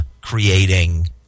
creating